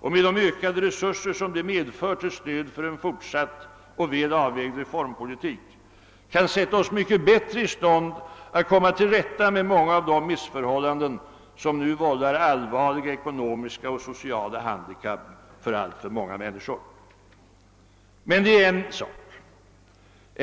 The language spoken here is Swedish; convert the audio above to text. och med de ökade resurser den medför till stöd för en fortsatt och väl avvägd reformpolitik kan sätta oss mycket bättre i stånd att komma till rätta med många av de missförhållanden som nu vållar allvarliga ekonomiska och sociala handikapp för alltför många medborgare. Men det är en sak.